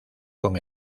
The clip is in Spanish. con